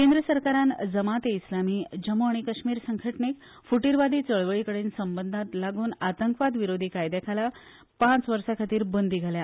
केंद्र सरकारान जमात एक इस्लामी जम्मू आनी काश्मीर संघटणेक फूटीरवादी चळवळी कडेन संबंदान लागून आतंकवाद विरोधी कायद्या खाला पांच वर्सां खातीर बंदी घाल्या